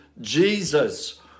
Jesus